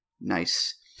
Nice